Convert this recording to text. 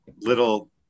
little